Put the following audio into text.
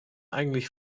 eigentlich